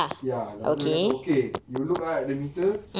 ya and then dia kata okay you look ah at the meter